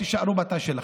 תישארו בתא שלכם.